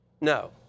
No